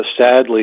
sadly